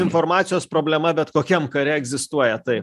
informacijos problema bet kokiam kare egzistuoja taip